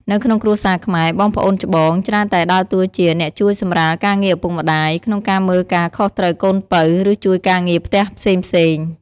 នៅក្នុងគ្រួសារខ្មែរ បងប្អូនច្បងច្រើនតែដើរតួជា អ្នកជួយសម្រាលការងារឪពុកម្ដាយ ក្នុងការមើលការខុសត្រូវកូនពៅ ឬជួយការងារផ្ទះផ្សេងៗ។